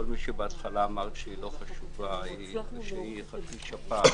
כל מי שאמר בהתחלה שהיא חצי שפעת,